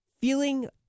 feeling